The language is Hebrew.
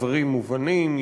הדברים מובנים,